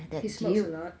he smokes a lot